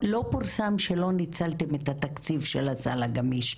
לא פורסם שלא ניצלתם את התקציב של הסל הגמיש.